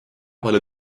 palju